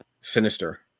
sinister